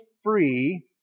free